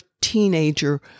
teenager